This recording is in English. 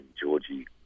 Georgie